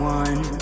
one